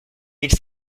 mille